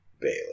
Bailey